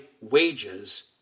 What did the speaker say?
wages